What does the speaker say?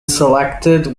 selected